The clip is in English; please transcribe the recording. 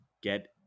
get